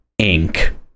Inc